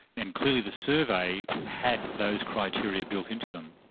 and clearly the survey had those criteria built into them.